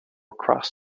cross